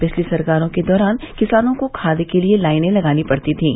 पिछली सरकारों के दौरान किसानों को खाद के लिए लाइनें लगानी पड़ती थीं